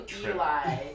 Eli